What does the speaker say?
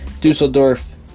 Dusseldorf